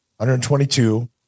122